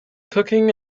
cooking